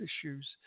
issues